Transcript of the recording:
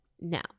Now